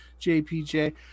JPJ